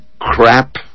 crap